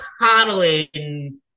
coddling